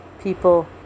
people